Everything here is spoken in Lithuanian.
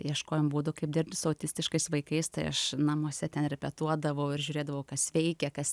ieškojom būdų kaip dirbti su autistiškais vaikais tai aš namuose ten repetuodavau ir žiūrėdavau kas veikia kas